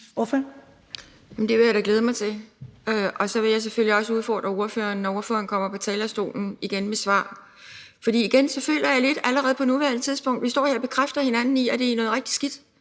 det vil jeg da glæde mig til. Og så vil jeg selvfølgelig også udfordre hr. Rasmus Stoklund, når han kommer på talerstolen som ordfører. For igen føler jeg lidt allerede på nuværende tidspunkt, at vi står her og bekræfter hinanden i, at der er noget rigtig skidt,